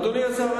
אדוני השר,